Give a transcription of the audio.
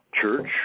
church